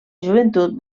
joventut